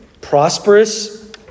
prosperous